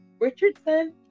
Richardson